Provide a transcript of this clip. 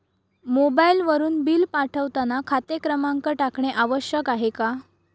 मोबाईलवरून बिल पाठवताना खाते क्रमांक टाकणे आवश्यक आहे का?